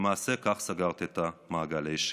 למעשה, כך סגרתי את המעגל האישי.